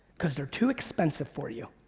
cause they're too expensive for you.